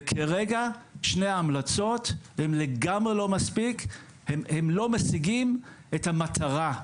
וכרגע שתי ההמלצות הן לא משיגות את המטרה,